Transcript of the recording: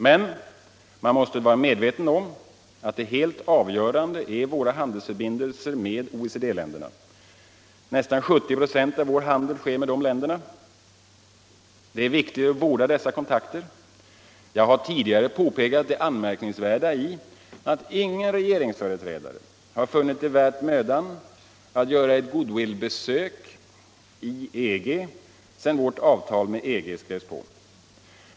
Men man måste vara medveten om att helt avgörande är våra handelsförbindelser med OECD-länderna. Nästan 70 ?ö av vår handel sker med dessa länder. Det är viktigt att vårda dessa kontakter. Jag har tidigare påpekat det anmärkningsvärda i att ingen regeringsföreträdare har funnit det mödan värt att göra ett goodwillbesök i EG sedan vårt avtal med EG skrevs på.